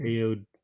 AOD